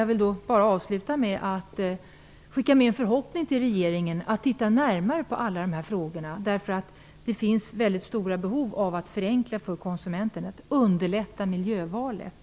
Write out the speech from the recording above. Jag vill avsluta med en förhoppning om att regeringen skall titta närmare på alla dessa frågor. Det finns mycket stora behov av att underlätta miljövalet för konsumenten.